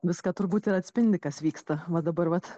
viską turbūt ir atspindi kas vyksta va dabar vat